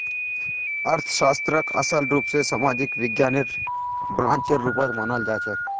अर्थशास्त्रक असल रूप स सामाजिक विज्ञानेर ब्रांचेर रुपत मनाल जाछेक